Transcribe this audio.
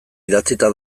idatzita